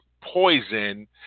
poison